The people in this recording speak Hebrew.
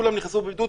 כולם נכנסו לבידוד.